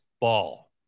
ball